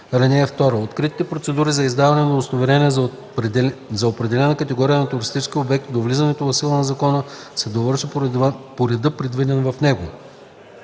г. (2) Откритите процедури за издаване на удостоверения за определена категория на туристически обекти до влизането в сила на закона се довършват по реда, предвиден в него.”